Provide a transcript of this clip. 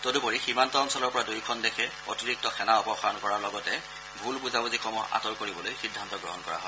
তদুপৰি সীমান্ত অঞ্চলৰ পৰা দুয়োখন দেশে অতিৰিক্ত সেনা অপসাৰণ কৰাৰ লগতে বুজাবুজিসমূহ আঁতৰ কৰিবলৈ সিদ্ধান্ত গ্ৰহণ কৰা হয়